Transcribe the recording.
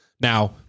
Now